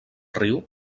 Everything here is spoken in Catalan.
riu